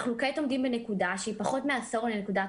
אנחנו כעת עומדים בנקודה שהיא פחות מעשור מנקודת